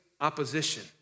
opposition